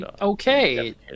Okay